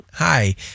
Hi